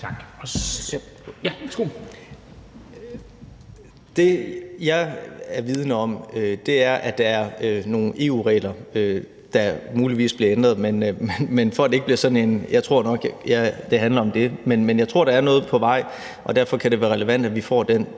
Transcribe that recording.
Det, jeg er vidende om, er, at der er nogle EU-regler, der muligvis bliver ændret, og jeg tror nok, det handler om det. Men jeg tror, der er noget på vej, og derfor kan det være relevant, at vi får den